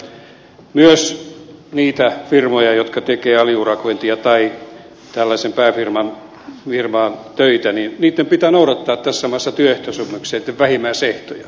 myös niitten firmojen jotka tekevät aliurakointia tai tällaiseen pääfirmaan töitä pitää noudattaa tässä maassa työehtosopimuksia ja niitten vähimmäisehtoja